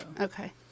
okay